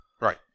Right